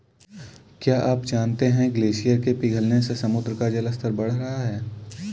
क्या आप जानते है ग्लेशियर के पिघलने से समुद्र का जल स्तर बढ़ रहा है?